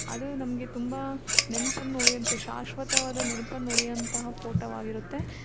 ಅದು ನಮಗೆ ತುಂಬ ನೆನಪನ್ನು ಉಳಿಯೊಂತೆ ಶಾಶ್ವತವಾದ ನೆನಪನ್ನ ಉಳಿಯೊಂತಹ ಫೋಟೋ ಆಗಿರುತ್ತೆ